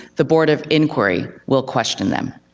the board of inquiry will question them.